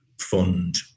fund